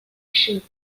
ship